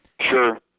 Sure